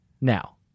now